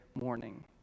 morning